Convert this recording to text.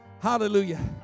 Hallelujah